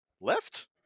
left